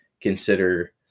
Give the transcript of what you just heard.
consider